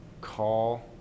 call